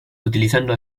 utilizando